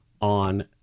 on